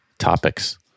topics